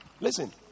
Listen